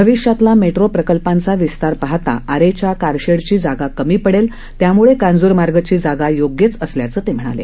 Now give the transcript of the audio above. भविष्यातला मेट्रो प्रकल्पांचा विस्तार पाहता आरेच्या कारशेडची जागा कमी पडेल त्यामुळे कांजुरमार्गची जागा योग्यच असल्याचं ते म्हणाले